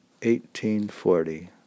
1840